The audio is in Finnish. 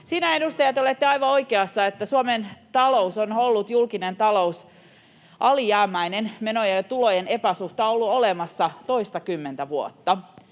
edustaja, te olette aivan oikeassa, että Suomen julkinen talous on ollut alijäämäinen — menojen ja tulojen epäsuhta on ollut olemassa — toistakymmentä vuotta.